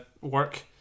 work